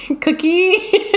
cookie